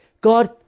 God